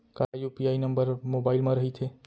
का UPI number mobile म रहिथे?